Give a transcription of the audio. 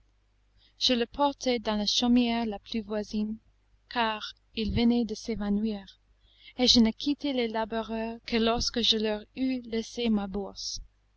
je le portai dans la chaumière la plus voisine car il venait de s'évanouir et je ne quittai les laboureurs que lorsque je leur eu laissé ma bourse